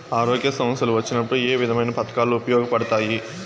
ఆరోగ్య సమస్యలు వచ్చినప్పుడు ఏ విధమైన పథకాలు ఉపయోగపడతాయి